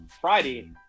Friday